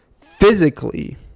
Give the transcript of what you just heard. physically